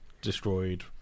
destroyed